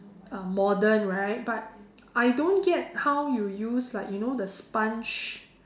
um modern right but I don't get how you use like you know the sponge